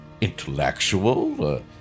intellectual